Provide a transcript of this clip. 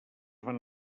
van